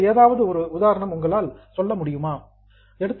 வேறு ஏதாவது ஒரு உதாரணம் உங்களால் சொல்ல முடியுமா